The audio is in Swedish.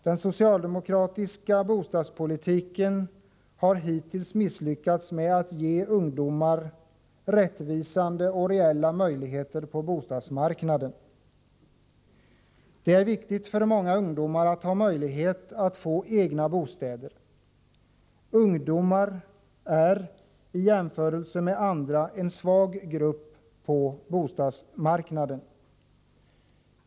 Den socialdemokratiska bostadspolitiken har hittills misslyckats med att ge ungdomar rättvisa och reella möjligheter på bostadsmarknaden. Det är viktigt för många ungdomar att ha möjlighet att få egen bostad. Ungdomar är — i jämförelse med andra — en svag grupp på bostadsmarknaden.